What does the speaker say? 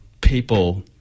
people